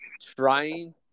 trying